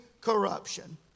corruption